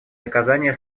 наказания